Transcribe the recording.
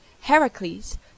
Heracles